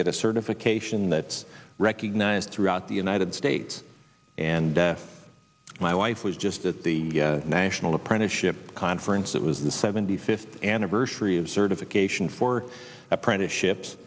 get a certification that's recognized throughout the united states and my wife was just at the national apprenticeship conference it was the seventy fifth anniversary of certification for apprenticeships